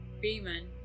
Beeman